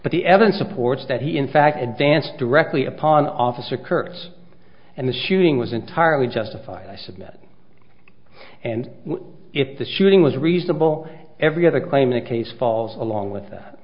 but the evidence supports that he in fact advanced directly upon officer kurtz and the shooting was entirely justified i submit and if the shooting was reasonable every other claim in a case falls along with th